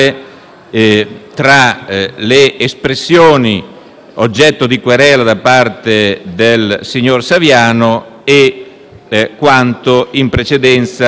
tra le espressioni oggetto di querela da parte del signor Saviano e quanto in precedenza